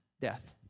death